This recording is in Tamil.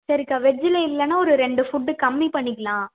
சரிக்கா வெஜ்ஜில் இல்லைனா ஒரு ரெண்டு ஃபுட்டு கம்மி பண்ணிக்கலாம்